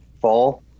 fall